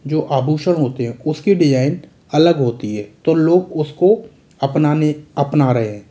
जो आभूषण होते है उसकी डिज़ाइन अलग होती है तो लोग उसको अपनाने अपना रहे हैं